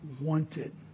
wanted